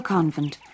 Convent